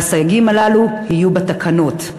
והסייגים הללו יהיו בתקנות.